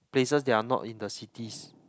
places that are not in the cities